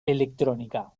electrónica